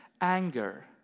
anger